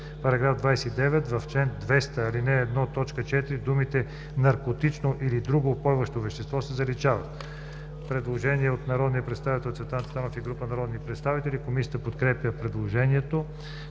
§ 29: „§ 29. В чл. 200, ал. 1, т. 4 думите „наркотично или друго упойващо вещество“ се заличават.“ Предложение от народния представител Цветан Цветанов и група народни представители. Комисията подкрепя предложението.